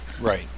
Right